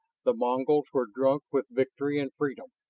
the mongols were drunk with victory and freedom.